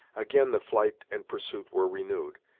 again the flight and pursuit were renewed,